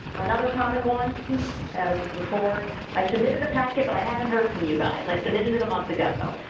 another common one before i submitted a packet but i haven't heard from you guys. i submitted it a month ago.